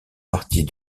partie